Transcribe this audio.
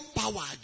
power